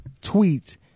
tweet